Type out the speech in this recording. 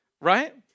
right